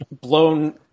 blown